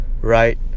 right